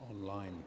online